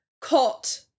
caught